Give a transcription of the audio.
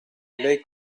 lei